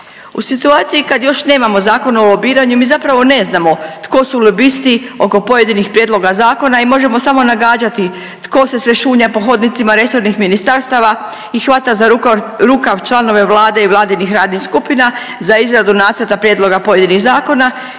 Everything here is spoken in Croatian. U situaciju kad još nemamo Zakon o lobiranju mi zapravo ne znamo tko su lobisti oko pojedinih prijedloga zakona i možemo samo nagađati tko se sve šunja po hodnicima resornih ministarstava i hvata za rukav članove Vlade i Vladinih radnih skupina za izradu nacrta prijedloga pojedinih zakona